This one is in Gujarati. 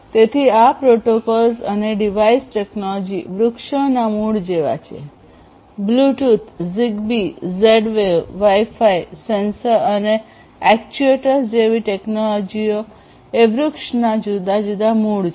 તેથી આ પ્રોટોકોલ્સ અને ડિવાઇસ ટેકનોલોજી વૃક્ષોના મૂળ જેવા છે Bluetooth Zigbee Z wave WiFi sensor અને એક્ટ્યુએટર્સ જેવી ટેકનોલોજીઓ એ વૃક્ષના જુદા જુદા મૂળ છે